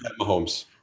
Mahomes